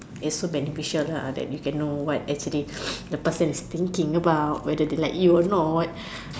it's so beneficial lah that you can know what actually the person is thinking about whether they like you or not